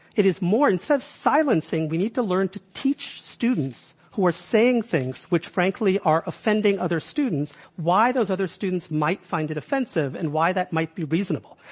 is more instead of silencing, we need to learn to teach students who are saying things which frankly are offending other students why those other students might find it offensive and why that might be reasonable.